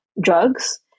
drugs